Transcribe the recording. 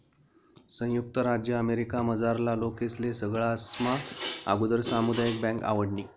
संयुक्त राज्य अमेरिकामझारला लोकेस्ले सगळास्मा आगुदर सामुदायिक बँक आवडनी